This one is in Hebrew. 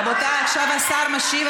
רבותיי, עכשיו השר משיב.